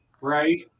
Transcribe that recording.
right